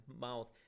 mouth